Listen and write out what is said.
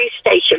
station